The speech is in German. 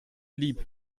lieb